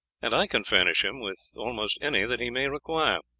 and i can furnish him with almost any that he may require.